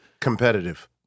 competitive